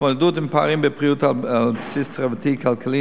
התמודדות עם הפערים בבריאות על בסיס חברתי-כלכלי